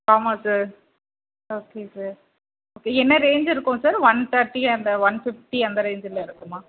ஆமாம் sir okay sir okay என்ன range இருக்கும் sir one thirty one fifty அந்த ரேஞ்சில் இருக்குமா